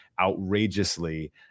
outrageously